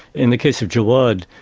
in the case of jawad,